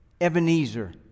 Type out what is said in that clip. Ebenezer